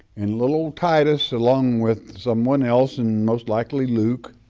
and little titus along with someone else and most likely luke,